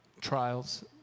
trials